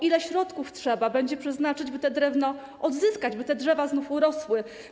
Ile środków trzeba będzie przeznaczyć, by to drewno odzyskać, by te drzewa znów urosły?